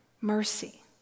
mercy